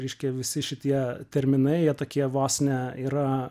reiškia visi šitie terminai jie tokie vos ne yra